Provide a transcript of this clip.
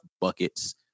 buckets